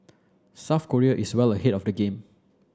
South Korea is well ahead of the game